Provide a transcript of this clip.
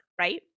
right